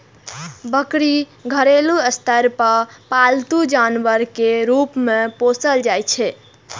बकरी घरेलू स्तर पर पालतू जानवर के रूप मे पोसल जाइ छै